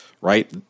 right